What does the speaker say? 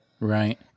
Right